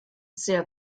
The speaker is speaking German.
sehr